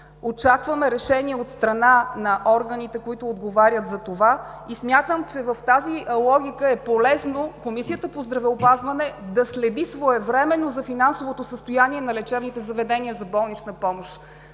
Очакваме решение от страна на органите, които отговарят за това, и смятам, че в тази логика е полезно Комисията по здравеопазване да следи своевременно за финансовото състояние на лечебните заведения за болнична помощ.